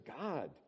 God